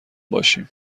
باشیم